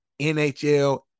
NHL